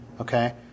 okay